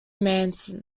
manson